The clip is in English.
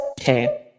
okay